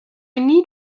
need